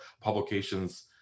publications